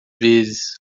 vezes